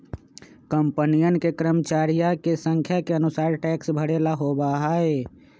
कंपनियन के कर्मचरिया के संख्या के अनुसार टैक्स भरे ला होबा हई